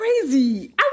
crazy